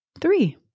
three